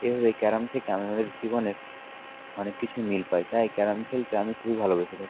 এভাবে ক্যারাম থেকে আমাদের জীবনের অনেক কিছু মিল পাই তাই ক্যারাম খেলতে আমি খুবই ভালোবেসে থাকি